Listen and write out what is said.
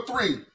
three